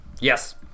Yes